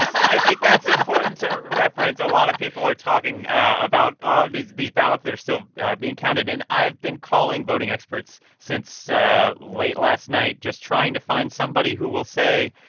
i think that's important to reference. a lot of people are talking about all these these ballots that are still being counted. and i've been calling voting experts since ah late last night, just trying to find somebody who will say,